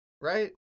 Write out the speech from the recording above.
right